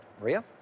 Maria